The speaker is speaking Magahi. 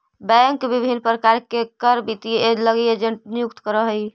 बैंक विभिन्न प्रकार के कर वितरण लगी एजेंट नियुक्त करऽ हइ